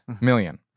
Million